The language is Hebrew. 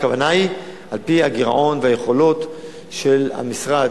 הכוונה היא על-פי הגירעון והיכולות של המשרד